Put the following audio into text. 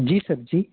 जी sir जी